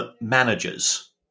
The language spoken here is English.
managers